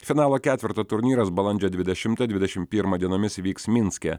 finalo ketverto turnyras balandžio dvidešimtą dvidešimt pirmą dienomis vyks minske